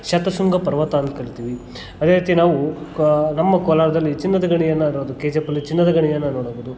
ಶತಶೃಂಗ ಪರ್ವತ ಅಂತ ಕರಿತೀವಿ ಅದೇ ರೀತಿ ನಾವು ಕಾ ನಮ್ಮ ಕೋಲಾರದಲ್ಲಿ ಚಿನ್ನದ ಗಣಿ ಅನ್ನೋದು ಒಂದು ಕೆ ಜಿ ಎಫ್ ಅಲ್ಲಿ ಚಿನ್ನದ ಗಣಿಯನ್ನು ನೋಡ್ಬೋದು